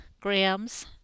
grams